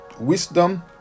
wisdom